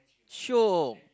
shook